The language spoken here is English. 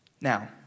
Now